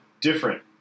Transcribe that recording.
different